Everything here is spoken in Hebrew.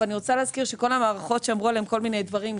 אבל אני רוצה להזכיר שכל המערכות שאמרו עליהן כל מיני דברים,